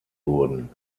wurden